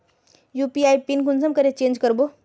UPI PIN कुंसम करे change करबो?